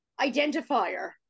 identifier